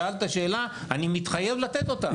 שאלת שאלה, אני מתחייב לתת אותה.